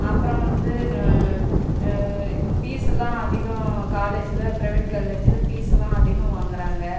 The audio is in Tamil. அப்புறம் வந்து பீஸ்ஸெலாம் அதிகம் காலேஜில் பிரைவேட் காலேஜில் பீஸ்ஸெலாம் அதிகம் வாங்கிறாங்க